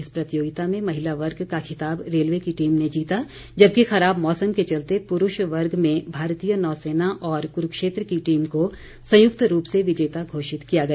इस प्रतियोगिता में महिला वर्ग का खिताब रेलवे की टीम ने जीता जबकि खराब मौसम के चलते प्ररूष वर्ग में भारतीय नौसेना और क्रूक्षेत्र की टीम को संयुक्त रूप से विजेता घोषित किया गया